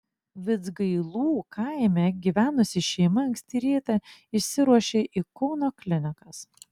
vidzgailų kaime gyvenusi šeima anksti rytą išsiruošė į kauno klinikas